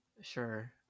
Sure